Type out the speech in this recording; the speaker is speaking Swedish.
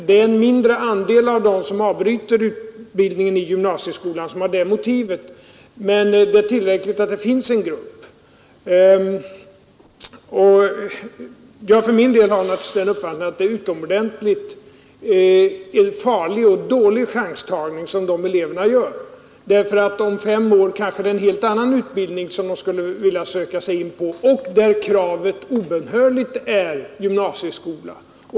Det är en mindre andel av dem som avbryter utbildningen i gymnasieskolan som har det motivet, men det är tillräckligt att det finns en sådan grupp. Jag för min del har naturligtvis den uppfattningen att det är en utomordentligt farlig och dålig chanstagning som de eleverna gör därför att om fem år kanske de skulle vilja söka sig in på en helt annan utbildning där kravet obönhörligt är genomgången gymnasieskola.